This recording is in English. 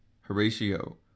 Horatio